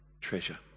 treasure